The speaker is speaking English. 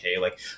like-